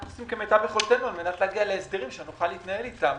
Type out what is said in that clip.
אנחנו עושים כמיטב יכולתנו על מנת להגיע להסדרים שנוכל להתנהל איתם.